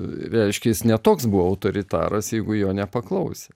reiškia jis ne toks buvo autoritaras jeigu jo nepaklausė